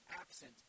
absent